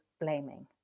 blaming